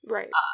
Right